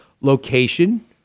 location